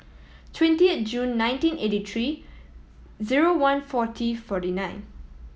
twentieth June nineteen eighty three zero one forty forty nine